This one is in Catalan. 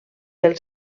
pel